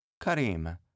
Karim